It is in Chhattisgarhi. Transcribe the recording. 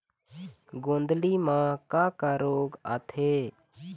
गोंदली म का का रोग आथे?